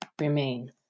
remain